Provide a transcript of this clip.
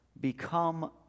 Become